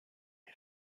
les